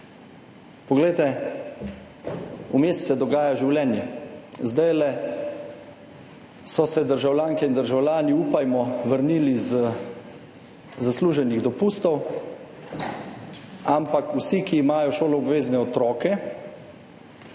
Poglejte, vmes se dogaja življenje. Zdaj so se državljanke in državljani, upajmo, vrnili z zasluženih dopustov, ampak vsi, ki imajo šoloobvezne otroke,